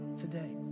today